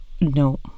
no